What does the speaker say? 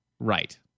Right